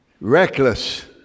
reckless